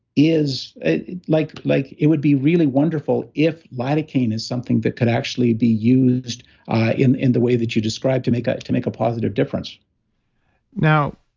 it like like it would be really wonderful if lidocaine is something that could actually be used in in the way that you described to make ah to make a positive difference now,